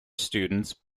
students